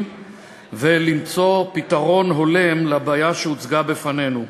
ולמצוא פתרון הולם לבעיה שהוצגה בפנינו.